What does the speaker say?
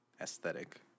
aesthetic